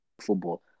football